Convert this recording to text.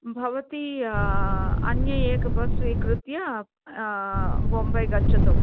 भवती अन्यदेकं बस् स्वीकृत्य बोम्बै गच्छतु